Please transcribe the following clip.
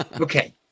Okay